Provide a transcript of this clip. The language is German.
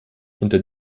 unter